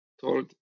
told